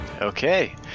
okay